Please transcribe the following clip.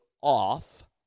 off